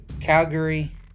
Calgary